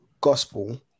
gospel